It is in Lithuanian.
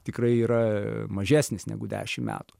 tikrai yra mažesnis negu dešimt metų